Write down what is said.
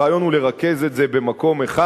הרעיון הוא לרכז את זה במקום אחד,